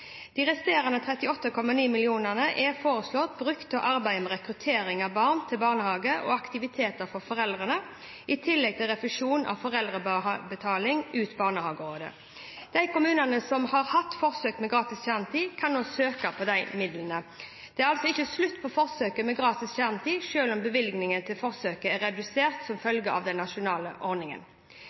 De resterende 38,9 mill. kr er foreslått brukt til arbeid med rekruttering av barn til barnehage og aktiviteter for foreldre, i tillegg til refusjon av foreldrebetaling ut barnehageåret. De kommunene som har hatt forsøk med gratis kjernetid, kan nå søke på disse midlene. Det er altså ikke slutt på forsøk med gratis kjernetid, selv om bevilgningene til forsøkene er redusert som følge av den nasjonale ordningen.